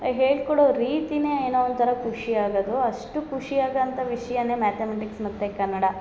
ಹೇಳ್ಕೊಡೊ ರೀತಿನೇ ಏನೋ ಒಂಥರ ಖುಷಿ ಆಗದು ಅಷ್ಟು ಖುಷಿ ಆಗಂಥ ವಿಷ್ಯನೆ ಮ್ಯಾತಮೆಟಿಕ್ಸ್ ಮತ್ತು ಕನ್ನಡ